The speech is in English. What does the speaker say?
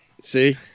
See